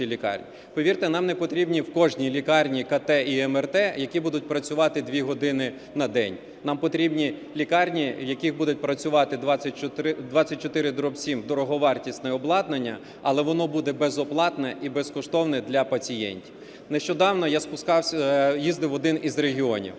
Повірте, нам не потрібні в кожній лікарні КТ і МРТ, які будуть працювати дві години на день. Нам потрібні лікарні, в яких буде працювати 24/7 дороговартісне обладнання, але воно буде безоплатне і безкоштовне для пацієнтів. Нещодавно я їздив в один із регіонів.